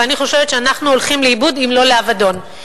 ואני חושבת שאנחנו הולכים לאיבוד אם לא לאבדון.